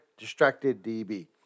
DistractedDB